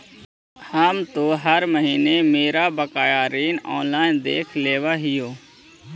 हम तो हर महीने मेरा बकाया ऋण ऑनलाइन देख लेव हियो